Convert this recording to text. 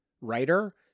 writer